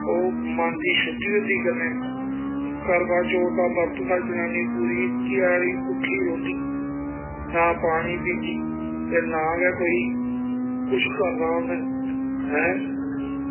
ओह् मन दी शुद्धि होंदी कन्नै करवाचौथ दा बरत होंदा जनानी पूरी ध्याड़ी भुक्खी रौंह्दी ना पानी पींदी ते ना गै कोई कुछ करना उन्नै आं